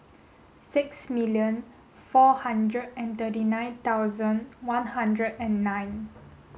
six million four hundred and thirty nine thousand one hundred and nine